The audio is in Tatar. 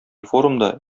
форумда